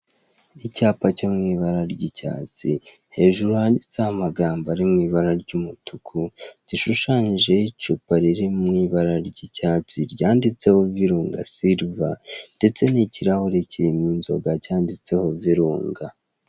Icyapa cyo mu ibara ry'icyatsi, hejuru handitseho amagambo ari mu ibara ry'umutuku, gishushanyijeho icupa riri mu ibara ry'icyatsi ryanditseho virunga siriva ndetse ni ikirahure kirimo inzoga cyanditseho virunga.